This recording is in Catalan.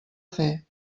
fer